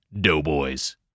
Doughboys